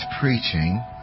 preaching